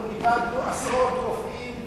אנחנו איבדנו עשרות רופאים